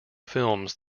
films